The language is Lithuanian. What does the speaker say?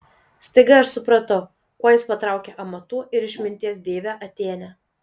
staiga aš supratau kuo jis patraukė amatų ir išminties deivę atėnę